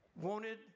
wanted